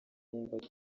nifuza